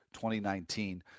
2019